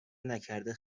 نکرده